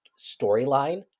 storyline